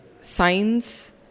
science